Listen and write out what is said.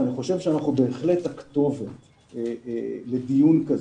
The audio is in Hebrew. אני חושב שאנחנו בהחלט הכתובת לדיון כזה.